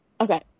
okay